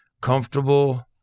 comfortable